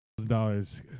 Dollars